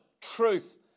truth